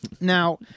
Now